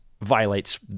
violates